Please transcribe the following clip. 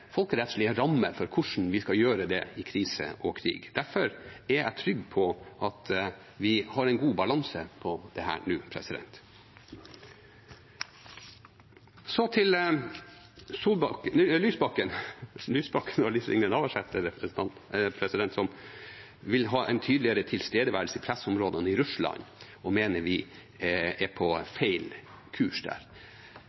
folkerettslige rammer for hvordan vi skal gjøre det i krise og krig. Derfor er jeg trygg på at vi nå har en god balanse i dette. Så til representantene Lysbakken og Navarsete, som vil ha en tydeligere tilstedeværelse i pressområdene i Russland, og mener vi er på